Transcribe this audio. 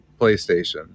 PlayStation